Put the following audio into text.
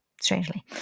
strangely